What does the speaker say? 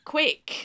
Quick